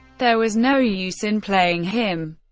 there was no use in playing him.